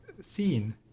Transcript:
scene